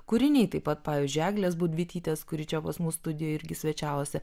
kūriniai taip pat pavyzdžiui eglės budvytytės kuri čia pas mus studijoj irgi svečiavosi